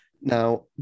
Now